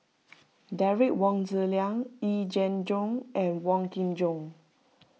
Derek Wong Zi Liang Yee Jenn Jong and Wong Kin Jong